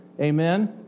Amen